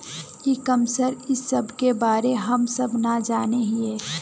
ई commerce इस सब के बारे हम सब ना जाने हीये?